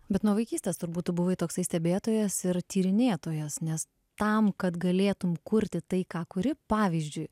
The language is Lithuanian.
bet nuo vaikystės turbūt tu buvai toksai stebėtojas ir tyrinėtojas nes tam kad galėtum kurti tai ką kuri pavyzdžiui